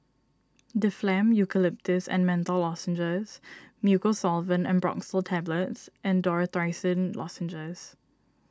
Difflam Eucalyptus and Menthol Lozenges Mucosolvan Ambroxol Tablets and Dorithricin Lozenges